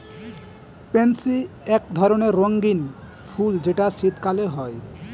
pansy এক ধরণের রঙ্গীন ফুল যেটা শীতকালে হয়